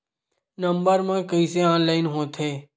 Number मा कइसे online होथे?